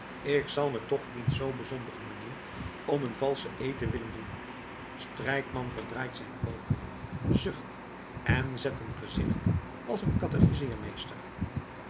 ik zal me toch zoo niet bezondigen meneer om een valschen eed te willen doen strijkman verdraait zijn oogen zucht en zet een gezicht als een catechiseermeester